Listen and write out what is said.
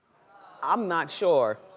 i'm not sure.